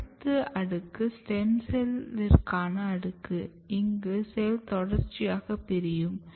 அடுத்த அடுக்கு ஸ்டெம் செல்லிற்கான அடுக்கு இங்கு செல் தொடர்ச்சியாக பிரியும்